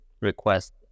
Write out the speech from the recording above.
request